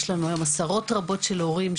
יש לנו היום עשרות רבות של הורים.